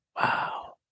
wow